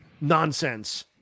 nonsense